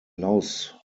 laus